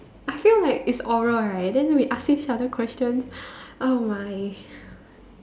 I feel like it's oral right then we asking each other questions oh my